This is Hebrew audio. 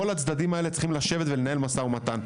כל הצדדים האלה צריכים לשבת למשא ומתן.